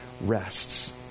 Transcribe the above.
rests